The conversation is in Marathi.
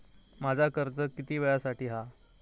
माझा कर्ज किती वेळासाठी हा?